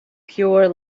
pure